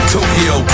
Tokyo